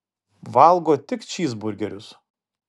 valgo tik čyzburgerius